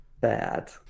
bad